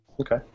Okay